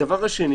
הדבר השני